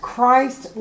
Christ